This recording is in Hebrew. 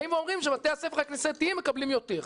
באים ואומרים שבתי הספר הכנסייתיים מקבלים יותר.